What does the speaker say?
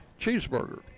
cheeseburger